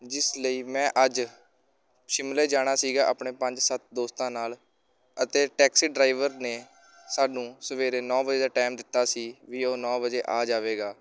ਜਿਸ ਲਈ ਮੈਂ ਅੱਜ ਸ਼ਿਮਲੇ ਜਾਣਾ ਸੀਗਾ ਆਪਣੇ ਪੰਜ ਸੱਤ ਦੋਸਤਾਂ ਨਾਲ ਅਤੇ ਟੈਕਸੀ ਡਰਾਈਵਰ ਨੇ ਸਾਨੂੰ ਸਵੇਰੇ ਨੌ ਵਜੇ ਦਾ ਟੈਮ ਦਿੱਤਾ ਸੀ ਵੀ ਉਹ ਨੌ ਵਜੇ ਆ ਜਾਵੇਗਾ